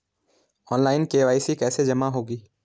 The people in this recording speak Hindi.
ऑनलाइन के.वाई.सी कैसे जमा होगी?